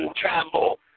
travel